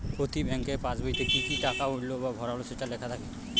প্রতি ব্যাঙ্কের পাসবইতে কি কি টাকা উঠলো বা ভরা হল সেটা লেখা থাকে